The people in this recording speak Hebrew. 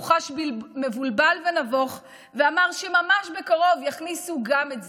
הוא חש מבולבל ונבוך ואמר שממש בקרוב יכניסו גם את זה.